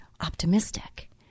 optimistic